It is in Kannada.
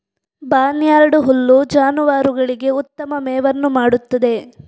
ಬಾರ್ನ್ಯಾರ್ಡ್ ಹುಲ್ಲು ಜಾನುವಾರುಗಳಿಗೆ ಉತ್ತಮ ಮೇವನ್ನು ಮಾಡುತ್ತದೆ